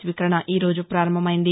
స్వీకరణ ఈరోజు పారంభమైంది